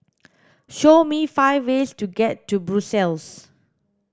show me five ways to get to Brussels